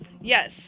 Yes